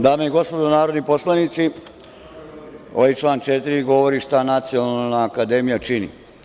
Dame i gospodo narodni poslanici, ovaj član 4. govori šta Nacionalna akademija čini.